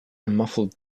muffled